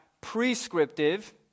prescriptive